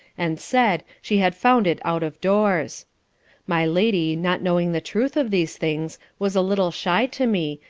and said, she had found it out of doors my lady, not knowing the truth of these things, was a little shy to me,